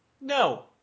No